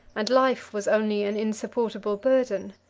and life was only an insupportable burden.